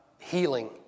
healing